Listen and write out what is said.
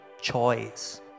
choice